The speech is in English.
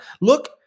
Look